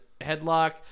headlock